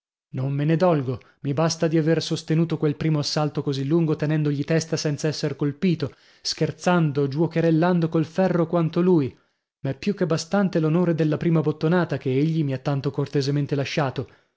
non me ne dolgo mi basta di aver sostenuto quel primo assalto così lungo tenendogli testa senza esser colpito scherzando giuocherellando col ferro quanto lui m'è più che bastante l'onore della prima bottonata che egli mi ha tanto cortesemente lasciato